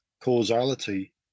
causality